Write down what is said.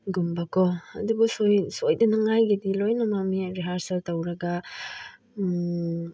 ꯒꯨꯝꯕꯀꯣ ꯑꯗꯨꯕꯨ ꯁꯣꯏꯗꯅꯉꯥꯏꯒꯤꯗꯤ ꯂꯣꯏꯅꯃꯛ ꯃꯤ ꯔꯤꯍꯥꯔꯁꯦꯜ ꯇꯧꯔꯒ